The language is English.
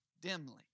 dimly